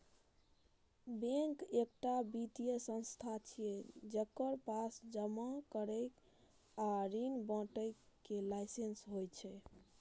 bank एकटा वित्तीय संस्थान छियै, जेकरा पास जमा करै आ ऋण बांटय के लाइसेंस होइ छै